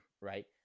right